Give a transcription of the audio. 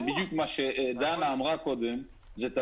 זה בדיוק מה שדנה אמרה קודם,